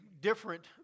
different